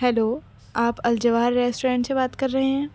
hello آپ Al Jawahar restaurant سے بات کر رہے ہیں